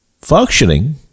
functioning